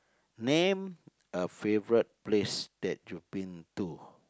name a favourite place that you've been to